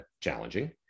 challenging